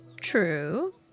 True